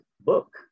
book